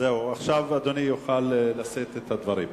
עכשיו אדוני יוכל לשאת את הדברים.